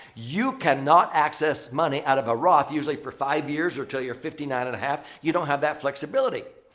you cannot access money out of a roth usually for five years until you're fifty nine and a half. you don't have that flexibility.